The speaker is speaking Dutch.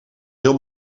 heel